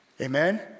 Amen